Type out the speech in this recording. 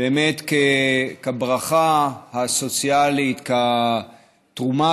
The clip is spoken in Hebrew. באמת כברכה הסוציאלית, כתרומה